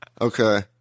Okay